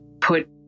put